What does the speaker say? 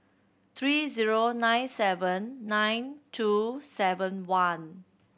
three zero nine seven nine two seven one